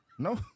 No